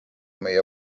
müüa